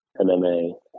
MMA